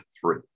three